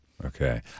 Okay